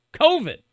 COVID